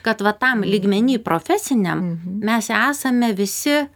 kad va tam lygmeny profesiniam mes esame visi